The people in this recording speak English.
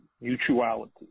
mutuality